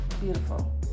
beautiful